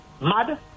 mad